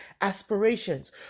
aspirations